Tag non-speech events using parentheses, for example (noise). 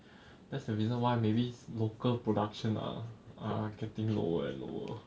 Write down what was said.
(breath) that's the reason why maybe local production ah are getting lower and lower